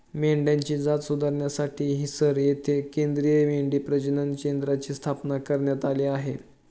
मेंढ्यांची जात सुधारण्यासाठी हिसार येथे केंद्रीय मेंढी प्रजनन केंद्राची स्थापना करण्यात आली आहे